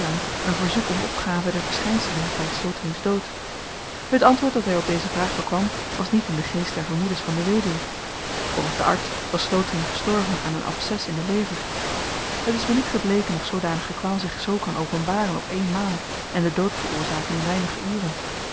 een verzoek om opgave der verschynselen by sloterings dood het antwoord dat hy op deze vraag bekwam was niet in den geest der vermoedens van de weduw volgens den arts was slotering gestorven aan een abcès in de lever het is me niet gebleken of zoodanige kwaal zich zoo kan openbaren op eenmaal en den dood veroorzaken in weinige uren